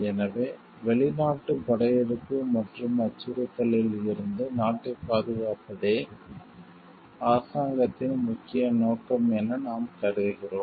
எனவே வெளிநாட்டு படையெடுப்பு மற்றும் அச்சுறுத்தலில் இருந்து நாட்டைப் பாதுகாப்பதே அரசாங்கத்தின் முக்கிய நோக்கம் என நாம் கருதுகிறோம்